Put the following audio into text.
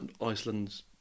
Iceland's